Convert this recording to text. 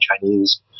Chinese